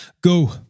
Go